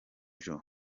joe